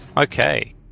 Okay